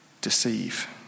deceive